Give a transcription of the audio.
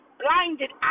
blinded